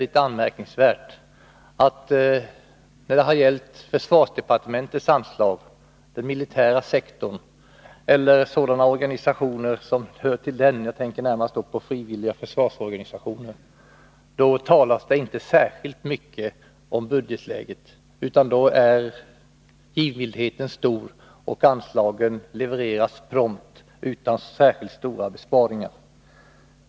Det är anmärkningsvärt att när det gällt försvarsdepartementets anslag till den militära sektorn eller sådana organisationer som hör till den — jag tänker på frivilliga försvarsorganisationer — då talas det inte särskilt mycket om budgetläget. Då är givmildheten stor, och anslagen levereras prompt utan särskilt stora besparingar.